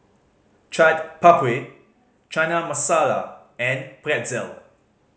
Chaat Papri Chana Masala and Pretzel